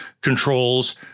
controls